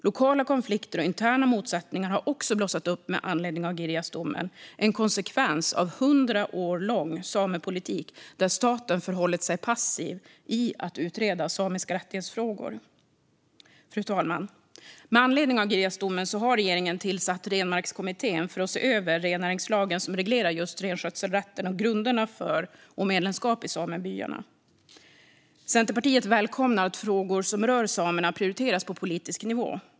Lokala konflikter och interna motsättningar har också blossat upp med anledning av Girjasdomen - en konsekvens av att staten under hundra år förhållit sig passiv till att utreda samiska rättighetsfrågor. Fru talman! Med anledning av Girjasdomen har regeringen tillsatt Renmarkskommittén för att se över rennäringslagen som reglerar just renskötselrätten och medlemskap i samebyarna och grunderna för detsamma. Centerpartiet välkomnar att frågor som rör samerna prioriteras på politisk nivå.